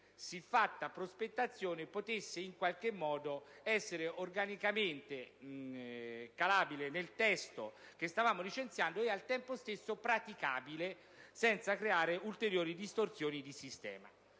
siffatta prospettazione potesse in qualche modo essere organicamente inseribile nel testo che stavamo licenziando e al tempo stesso praticabile senza creare ulteriori distorsioni di sistema.